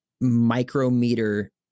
micrometer